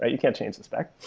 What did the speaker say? ah you can't change the spec.